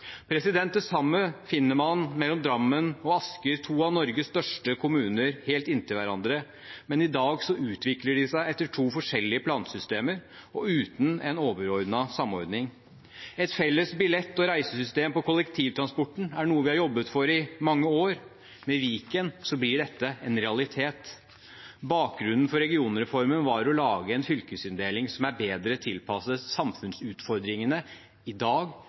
Det samme finner man mellom Drammen og Asker, to av Norges største kommuner, helt inntil hverandre, men i dag utvikler de seg etter to forskjellige plansystemer uten en overordnet samordning. Et felles billett- og reisesystem på kollektivtransporten er noe vi har jobbet for i mange år. Med Viken blir dette en realitet. Bakgrunnen for regionreformen var å lage en fylkesinndeling som er bedre tilpasset samfunnsutfordringene i dag